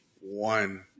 One